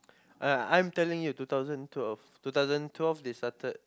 uh I'm telling you two thousand twelve two thousand twelve they started